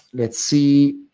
let's see.